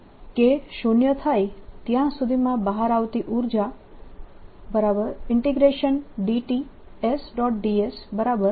22 તેથી K શૂન્ય થાય ત્યાં સુધીમાં બહાર આવતી ઉર્જા dt S